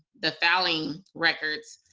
the filing records,